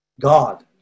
God